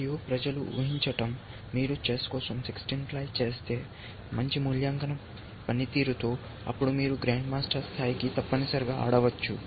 మరియు ప్రజలు ఊహించటం మీరు చెస్ కోసం 16 ప్లై చేస్తే మంచి మూల్యాంకన పనితీరుతో అప్పుడు మీరు గ్రాండ్మాస్టర్ స్థాయిని తప్పనిసరిగా ఆడవచ్చు